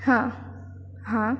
हां हां